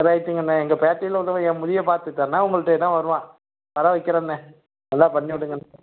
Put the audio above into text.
ரைட்டுங்கண்ணே எங்கள் பேட்டையில் உள்ளவன் என் முடியை பார்த்துட்டான்னா உங்கள்கிட்டயே தான் வருவான் வர வைக்கிறேண்ணே நல்லா பண்ணி விடுங்கண்ணே